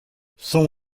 son